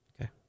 Okay